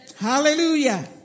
Hallelujah